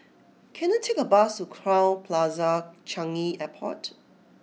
can I take a bus to Crowne Plaza Changi Airport